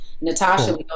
Natasha